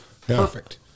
Perfect